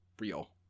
real